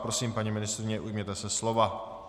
Prosím, paní ministryně, ujměte se slova.